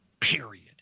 Period